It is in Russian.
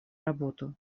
работу